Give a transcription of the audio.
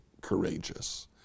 courageous